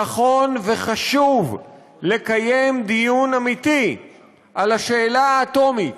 נכון וחשוב לקיים דיון אמיתי על השאלה האטומית,